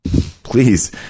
please